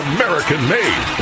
American-made